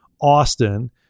Austin